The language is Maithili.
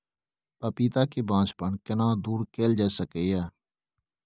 पपीता के बांझपन केना दूर कैल जा सकै ये?